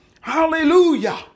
Hallelujah